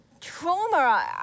trauma